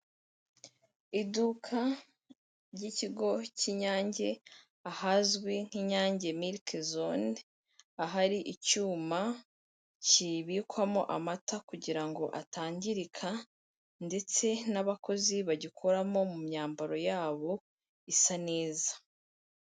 Iduka ry'ikigo cy'Inyange ahazwi nk'Inyange mirike zone, ahari icyuma kibikwamo amata kugira ngo atangirika ndetse n'abakozi bagikoramo mu myambaro yabo isa neza.